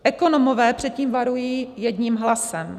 Ekonomové před tím varují jedním hlasem.